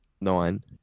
nine